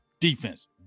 defense